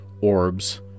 orbs